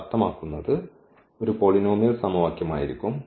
അത് അർത്ഥമാക്കുന്നത് ഒരു പോളിനോമിയൽ സമവാക്യം ആയിരിക്കും